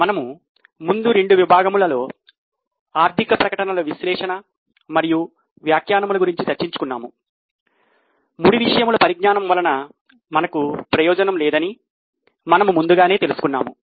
మనము ముందు రెండు విభాగములలో ఆర్థిక ప్రకటనల పరిజ్ఞానము వలన మనకు ప్రయోజనం లేదని మనము ముందుగానే తెలుసుకున్నాము